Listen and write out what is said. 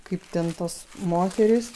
kaip ten tos moterys